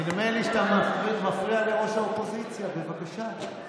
נדמה לי שאתה מפריע לראש האופוזיציה, וחבל.